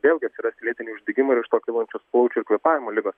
vėlgi atsiras lėtiniai uždegimai ir iš to kylančios plaučių ir kvėpavimo ligos